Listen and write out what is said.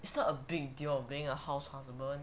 it's not a big deal of being a house husband